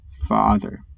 father